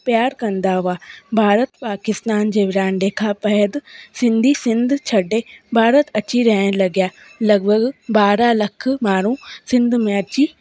प्यारु कंदा हुआ भारत पाकिस्तान जे वेरांडे खां बैदि सिंधी सिंध छॾे भारत अची रहणु लॻिया लॻभॻि ॿारहं लख माण्हू सिंध में अची